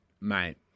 Mate